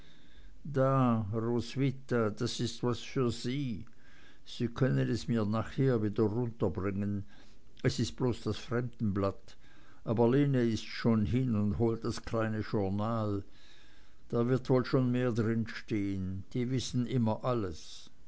da roswitha das ist was für sie sie können es mir nachher wieder runterbringen es ist bloß das fremdenblatt aber lene ist schon hin und holt das kleine journal da wird wohl schon mehr drinstehen die wissen immer alles